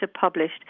published